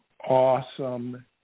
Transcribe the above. awesome